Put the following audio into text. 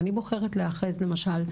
ואני בוחרת להיאחז למשל,